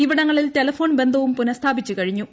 ഇവിടങ്ങളിൽ ടെലഫോൺ ബന്ധവും പുനഃസ്ഥാപിച്ചു കഴിഞ്ഞു